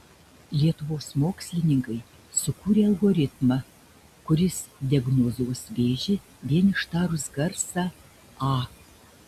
lietuvos mokslininkai sukūrė algoritmą kuris diagnozuos vėžį vien ištarus garsą a